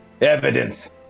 evidence